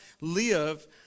live